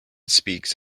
speaks